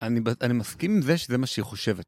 אני ב... אני מסכים עם זה שזה מה שהיא חושבת.